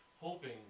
hoping